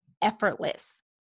Effortless